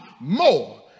more